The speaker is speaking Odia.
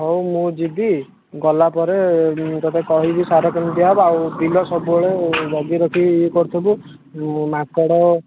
ହଉ ମୁଁ ଯିବି ଗଲା ପରେ ମୁଁ ତୋତେ କହିବି ସାର କେମିତି ଦିଆହେବ ଆଉ ବିଲ ସବୁବେଳେ ଜଗି ରଖି ଇଏ କରୁଥିବୁ ମୁଁ ମାଙ୍କଡ଼